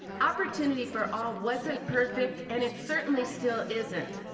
opportunity for all wasn't perfect, and it certainly still isn't,